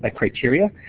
ah criteria.